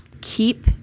Keep